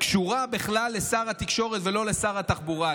קשורה בכלל לשר התקשורת ולא לשר התחבורה,